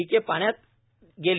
पीके पाण्यात गेली